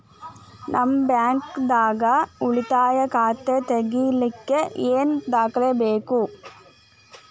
ನಿಮ್ಮ ಬ್ಯಾಂಕ್ ದಾಗ್ ಉಳಿತಾಯ ಖಾತಾ ತೆಗಿಲಿಕ್ಕೆ ಏನ್ ದಾಖಲೆ ಬೇಕು?